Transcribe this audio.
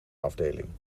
afdeling